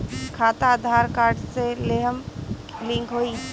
खाता आधार कार्ड से लेहम लिंक होई?